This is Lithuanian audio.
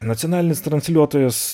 nacionalinis transliuotojas